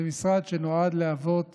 זה משרד שנועד להוות